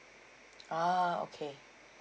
ah okay